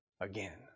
again